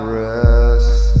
rest